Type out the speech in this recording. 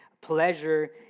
pleasure